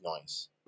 noise